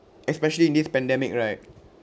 especially in this pandemic right